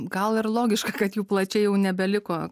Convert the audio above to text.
gal ir logiška kad jų plačiai jau nebeliko